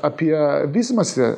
apie vystymąsi